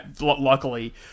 luckily